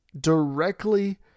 directly